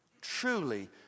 truly